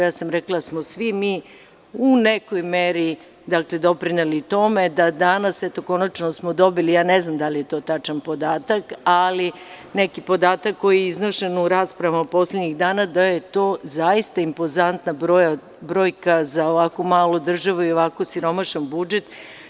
Ja sam rekla da smo svi mi u nekoj meri doprineli tome da danas, eto, konačno smo dobili, ja ne znam da li je to tačan podatak, ali neki podatak koji je iznošen u raspravama poslednjih dana da je to zaista impozantna brojka za ovako malu državu i ovako siromašan budžet.